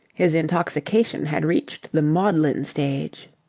his intoxication had reached the maudlin stage.